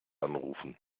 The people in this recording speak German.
anrufen